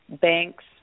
banks